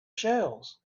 shells